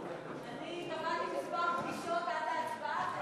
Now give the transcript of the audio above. קבעתי כמה פגישות עד להצבעה.